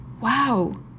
wow